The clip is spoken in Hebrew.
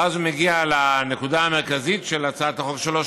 ואז הוא מגיע לנקודה המרכזית של הצעת החוק שלו,